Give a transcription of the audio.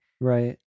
Right